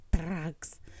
Drugs